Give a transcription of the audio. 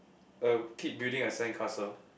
a kid building a sand castle